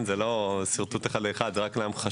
זה לא שרטוט אחד לאחד זה רק להמחשה.